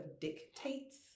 dictates